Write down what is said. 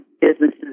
businesses